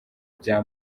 bya